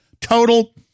Total